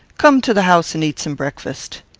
come to the house and eat some breakfast.